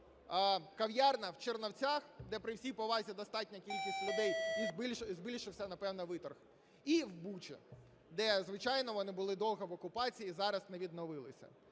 кав'ярня в Чернівцях, де, при всій повазі, достатня кількість людей і збільшився, напевно, виторг, і в Бучі, де, звичайно, вони були довго в окупації і зараз не відновилися?